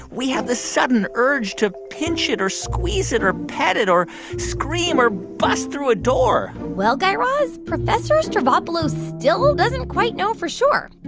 we have the sudden urge to pinch it or squeeze it or pet it or scream or bust through a door? well, guy raz, professor stavropoulos still doesn't quite know for sure.